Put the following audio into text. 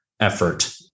effort